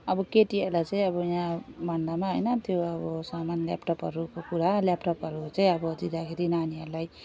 अब केटीहरूलाई चाहिँ अब यहाँ भन्नमा होइन त्यो अब सामान ल्यापटपहरूको कुरा ल्यापटपहरू चाहिँ अब दिँदाखेरि नानीहरूलाई